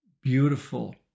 beautiful